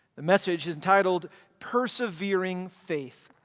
the message is entitled persevering faith.